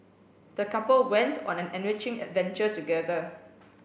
the couple went on an enriching adventure together